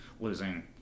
Losing